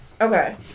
Okay